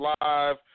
live